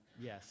Yes